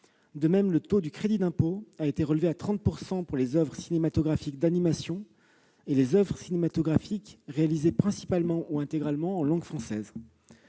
De même, le taux du crédit d'impôt a été relevé à 30 % pour les oeuvres cinématographiques d'animation et les oeuvres cinématographiques réalisées principalement ou intégralement en langue française.